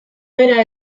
era